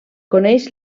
coneix